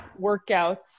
workouts